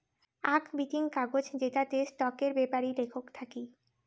আক বিতিং কাগজ জেতাতে স্টকের বেপারি লেখক থাকি